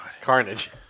Carnage